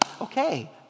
okay